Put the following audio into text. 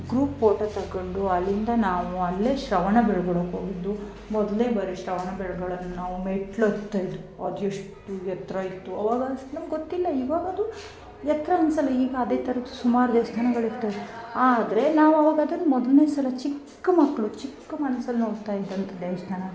group photo ತಗೊಂಡು ಅಲ್ಲಿಂದ ನಾವು ಅಲ್ಲೇ ಶ್ರವಣ ಬೆಳಗೋಳಕ್ಕೆ ಹೋಗಿದ್ವು ಮೊದಲನೇ ಬಾರಿ ಶ್ರವಣ ಬೆಳಗೊಳದ ನಾವು ಮೆಟ್ಲು ಹತ್ತಾ ಇದ್ವು ಅದು ಎಷ್ಟು ಎತ್ತರ ಇತ್ತು ಅವಾಗ ಅಷ್ಟ್ ನಂಗೆ ಗೊತ್ತಿಲ್ಲ ಇವಾಗ ಅದು ಎತ್ತರ ಅನ್ಸೋಲ್ಲ ಈಗ ಅದೇ ಥರದ್ ಸುಮಾರು ದೇವಸ್ಥಾನಗಳಿರ್ತವೆ ಆದರೆ ನಾವು ಅವಾಗ ಅದನ್ ಮೊದಲನೇ ಸಲ ಚಿಕ್ಕ ಮಕ್ಕಳು ಚಿಕ್ಕ ಮನ್ಸಲ್ಲಿ ನೋಡ್ತಾ ಇದ್ದಂಥ ದೇವಸ್ಥಾನ ಅದು